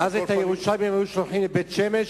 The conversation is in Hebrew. אז את הירושלמים היו שולחים לבית-שמש.